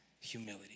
humility